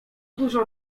dużo